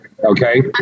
Okay